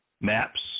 maps